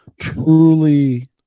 truly